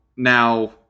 Now